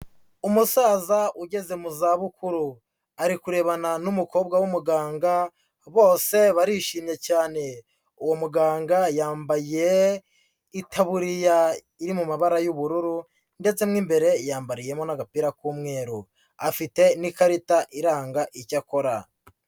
Umusaza ugeze mu zabukuru ari kurebana n'umukobwa w'umuganga bose barishimye cyane, uwo muganga yambaye itaburiya iri mu mabara y'ubururu ndetse mu imbere yambariyemo n'agapira k'umweru afite n'ikarita iranga icya akora.